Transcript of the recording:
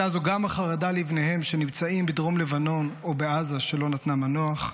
הייתה זו גם החרדה לבניהן שנמצאים בדרום לבנון או בעזה שלא נתנה מנוח.